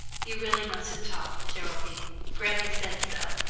you really mustn't talk, geraldine granny said so.